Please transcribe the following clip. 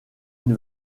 une